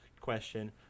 question